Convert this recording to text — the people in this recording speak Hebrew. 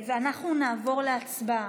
אנחנו נעבור להצבעה.